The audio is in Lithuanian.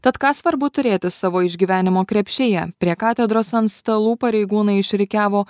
tad ką svarbu turėti savo išgyvenimo krepšyje prie katedros ant stalų pareigūnai išrikiavo